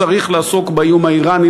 צריך לעסוק באיום האיראני,